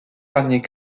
derniers